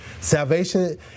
Salvation